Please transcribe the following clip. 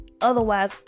otherwise